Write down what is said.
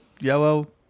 yellow